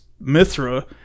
Mithra